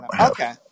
Okay